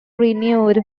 renewed